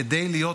כדי להיות